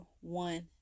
one